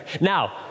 Now